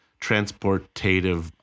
transportative